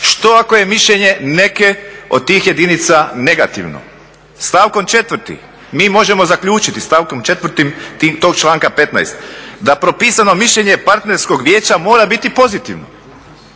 Što ako je mišljenje neke od tih jedinica negativno? Stavkom 4. mi možemo zaključiti stavkom 4. tog članka 15. "Da propisano mišljenje partnerskog vijeća mora biti pozitivno."